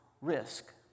risk